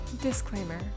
Disclaimer